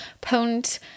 potent